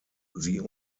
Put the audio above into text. sie